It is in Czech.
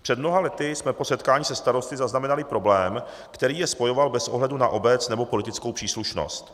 Před mnoha lety jsme po setkání se starosty zaznamenali problém, který je spojoval bez ohledu na obec nebo politickou příslušnost.